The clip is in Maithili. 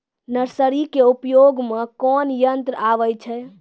नर्सरी के उपयोग मे कोन यंत्र आबै छै?